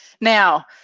Now